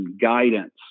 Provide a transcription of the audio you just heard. guidance